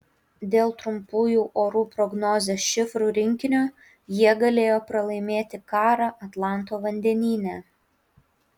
dėl trumpųjų orų prognozės šifrų rinkinio jie galėjo pralaimėti karą atlanto vandenyne